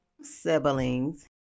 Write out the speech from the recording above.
Siblings